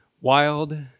Wild